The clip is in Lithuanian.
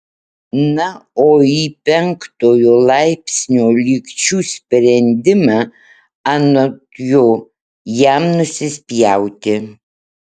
na o į penktojo laipsnio lygčių sprendimą anot jo jam nusispjauti